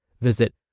Visit